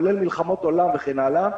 כולל מלחמות עולם וכן הלאה,